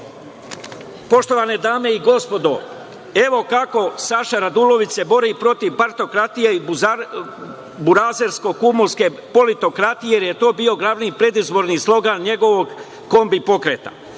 maznuo. Poštovane dame i gospodo, evo kako se Saša Radulović bori protiv partokratije i burazersko-kumovske politokratije, jer je to bio glavni predizborni slogan njegovog „kombi pokreta“.